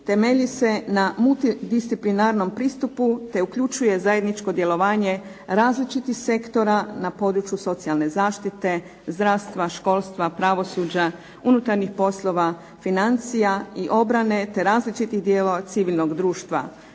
temelji se na multidisciplinarnom pristupu te uključuje zajedničko djelovanje različitih sektora na području socijalne zaštite, zdravstva, školstva, pravosuđa, unutarnjih poslova, financija i obrane te različitih dijelova civilnog društva